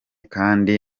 kandi